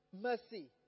mercy